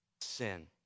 sin